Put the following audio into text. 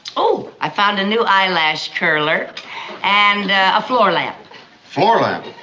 oh, i found a new eyelash curler and a a floor lamp fallen.